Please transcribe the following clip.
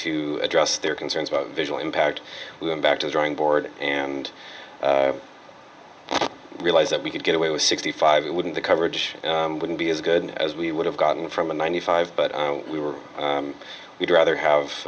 to address their concerns about visual impact we went back to the drawing board and realized that we could get away with sixty five it wouldn't the coverage wouldn't be as good as we would have gotten from a ninety five but we were we'd rather have